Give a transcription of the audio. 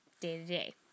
day-to-day